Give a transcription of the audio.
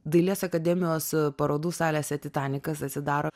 dailės akademijos parodų salėse titanikas atsidaro